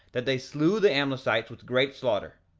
that they slew the amlicites with great slaughter,